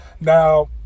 now